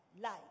life